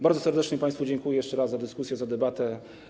Bardzo serdecznie państwu dziękuję jeszcze raz za dyskusję, za debatę.